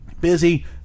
Busy